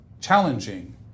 challenging